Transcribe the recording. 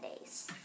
days